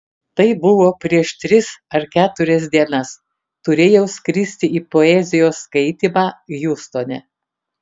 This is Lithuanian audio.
tai buvo prieš tris ar keturias dienas turėjau skristi į poezijos skaitymą hjustone